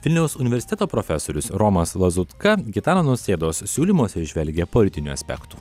vilniaus universiteto profesorius romas lazutka gitano nausėdos siūlymuose įžvelgia politinių aspektų